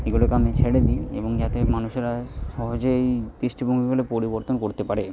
এগুলোকে আমি ছেড়ে দিই এবং যাতে মানুষেরা সহজেই দৃষ্টিভঙ্গিগুলো পরিবর্তন করতে পারে